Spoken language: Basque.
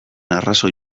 arrazoi